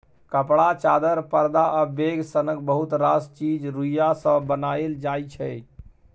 कपड़ा, चादर, परदा आ बैग सनक बहुत रास चीज रुइया सँ बनाएल जाइ छै